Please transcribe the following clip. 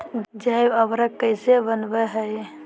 जैव उर्वरक कैसे वनवय हैय?